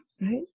right